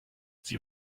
sie